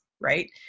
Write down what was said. right